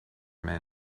men